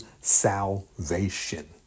salvation